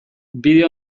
bide